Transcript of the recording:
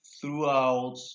throughout